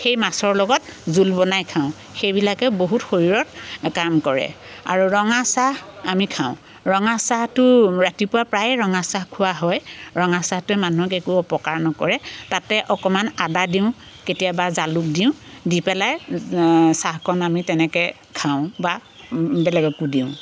সেই মাছৰ লগত জোল বনাই খাওঁ সেইবিলাকে বহুত শৰীৰত কাম কৰে আৰু ৰঙা চাহ আমি খাওঁ ৰঙা চাহটো ৰাতিপুৱা প্ৰায়ে ৰঙা চাহ খোৱা হয় ৰঙা চাহটোৱে মানুহক একো অপকাৰ নকৰে তাতে অকণমান আদা দিওঁ কেতিয়াবা জালুক দিওঁ দি পেলাই চাহকণ আমি তেনেকৈ খাওঁ বা বেলেগকো দিওঁ